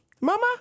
Mama